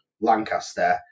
Lancaster